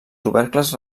tubercles